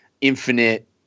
infinite